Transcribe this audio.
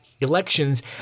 elections